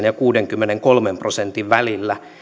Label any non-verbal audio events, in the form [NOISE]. [UNINTELLIGIBLE] ja kuudenkymmenenkolmen prosentin välillä